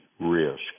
risk